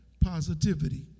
positivity